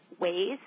ways